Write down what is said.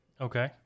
Okay